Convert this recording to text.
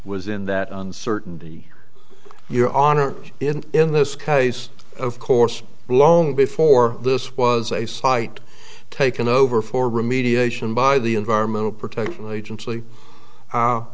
was in that uncertainty your honor in in this case of course long before this was a site taken over for remediation by the environmental protection agency